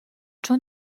چون